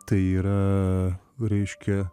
tai yra reiškia